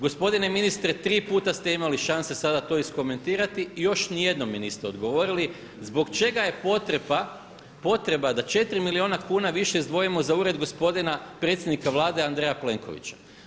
Gospodine ministre tri puta ste imali šanse sada to iskomentirali i još ni jednom mi niste odgovorili zbog čega je potreba da 4 milijuna kuna više izdvojimo za Ured gospodina predsjednika Vlade Andreja Plenkovića.